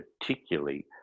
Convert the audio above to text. particularly